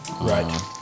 right